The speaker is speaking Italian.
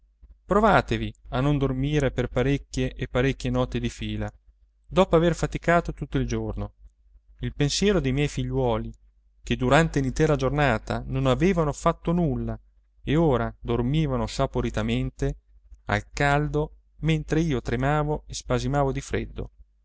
provatevi a non dormire per parecchie e parecchie notti di fila dopo aver faticato tutto il giorno il pensiero dei miei figliuoli che durante l'intera giornata non avevano fatto nulla e ora dormivano saporitamente al caldo mentr'io tremavo e spasimavo di freddo